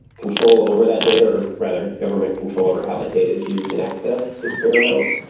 control over that data or rather government control over how that data is used in access is paramount.